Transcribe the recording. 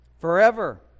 Forever